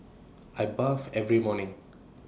I bath every morning